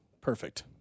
Perfect